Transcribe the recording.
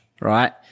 right